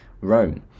Rome